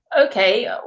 Okay